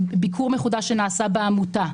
ביקור מחודש שנעשה בעמותה,